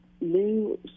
new